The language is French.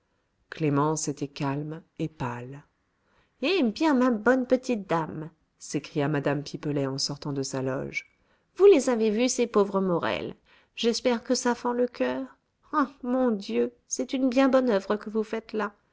clémence était calme et pâle eh bien ma bonne petite dame s'écria mme pipelet en sortant de sa loge vous les avez vus ces pauvres morel j'espère que ça fend le coeur ah mon dieu c'est une bien bonne oeuvre que vous faites là